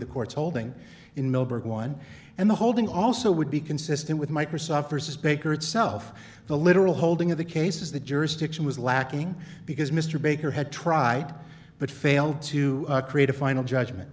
the court's holding in milburgh one and the holding also would be consistent with microsoft for says baker itself the literal holding of the case is the jurisdiction was lacking because mr baker had tried but failed to create a final judgment